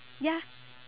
ya